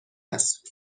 است